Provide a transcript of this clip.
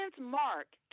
mark